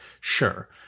sure